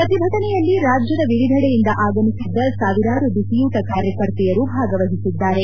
ಪ್ರತಿಭಟನೆಯಲ್ಲಿ ರಾಜ್ಯದ ವಿವಿಧೆಡೆಯಿಂದ ಆಗಮಿಸಿದ್ದ ಸಾವಿರಾರು ಬಿಸಿಯೂಟ ಕಾರ್ಯಕರ್ತೆಯರು ಭಾಗವಹಿಸಿದ್ದಾರೆ